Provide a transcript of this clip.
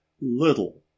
Little